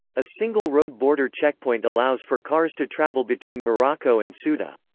a single road border checkpoint allows for cars to travel between morocco and ceuta.